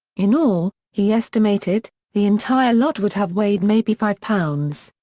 in all, he estimated, the entire lot would have weighed maybe five pounds.